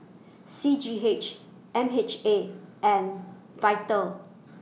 C G H M H A and Vital